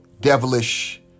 devilish